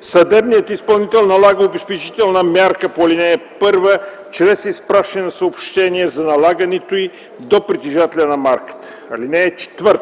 Съдебният изпълнител налага обезпечителна мярка по ал. 1 чрез изпращане на съобщение за налагането й до притежателя на марката. (4)